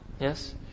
Yes